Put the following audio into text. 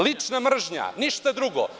Lična mržnja, ništa drugo.